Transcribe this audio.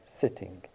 sitting